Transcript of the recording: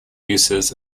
uses